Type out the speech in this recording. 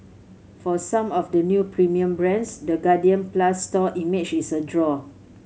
for some of the new premium brands the Guardian Plus store image is a draw